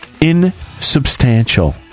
insubstantial